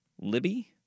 Libby